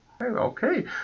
Okay